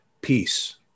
peace